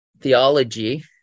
theology